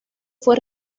fue